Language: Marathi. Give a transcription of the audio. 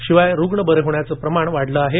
शिवाय रुग्ण बरे होण्याचं प्रमाणही वाढलं आहे